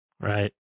Right